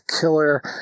Killer